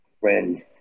friend